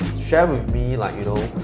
share with me like you know?